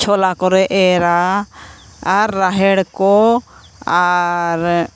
ᱪᱷᱚᱞᱟ ᱠᱚᱞᱮ ᱮᱨᱻᱟ ᱟᱨ ᱨᱟᱦᱮᱲ ᱠᱚ ᱟᱨ